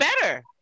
better